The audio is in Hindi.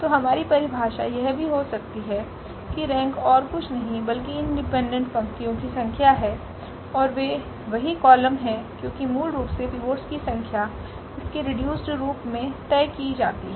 तो हमारी परिभाषा यह भी हो सकती है कि रेंक और कुछ नहीं बल्कि इंडिपेंडेंट पंक्तियों की संख्या है और वे वही कॉलम हैं क्योंकि मूल रूप से पिवोट्स की संख्या इसके रीडयुस्ड रूप में तय की जाती है